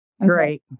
Great